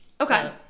Okay